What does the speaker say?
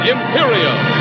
Imperial